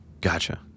Gotcha